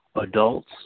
adults